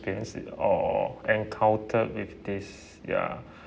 against it or encounter with this ya